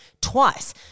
twice